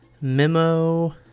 memo